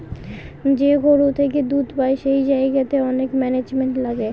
যে গরু থেকে দুধ পাই সেই জায়গাতে অনেক ম্যানেজমেন্ট লাগে